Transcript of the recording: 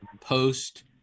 post